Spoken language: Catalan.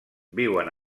viuen